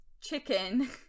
chicken